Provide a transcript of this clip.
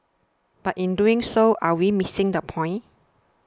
but in doing so are we missing the point